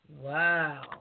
Wow